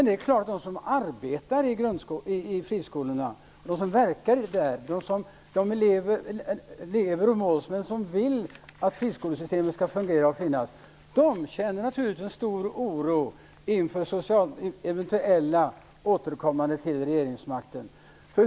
De som arbetar och verkar i friskolorna, och de elever och målsmän som vill att systemet skall fungera och finnas kvar, känner naturligtvis stor oro inför Socialdemokraternas eventuella återkomst till regeringsmakten.